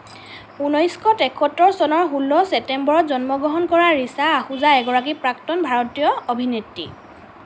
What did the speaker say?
উনৈছশ তেসত্তৰ চনৰ ষোল্ল ছেপ্টেম্বৰত জন্মগ্ৰহণ কৰা ৰিছা আহুজা এগৰাকী প্ৰাক্তন ভাৰতীয় অভিনেত্ৰী